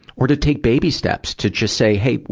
or to take baby steps to just say, hey,